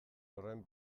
horren